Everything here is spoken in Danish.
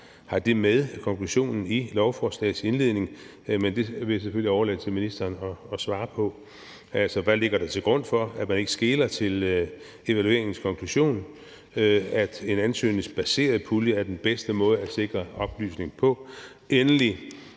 har det med i konklusionen i lovforslagets indledning, men det vil jeg selvfølgelig overlade til ministeren at svare på. Altså, hvad ligger der til grund for, at man ikke skeler til evalueringens konklusion, nemlig at en ansøgningsbaseret pulje er den bedste måde at sikre oplysning på? Endelig: